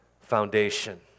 foundation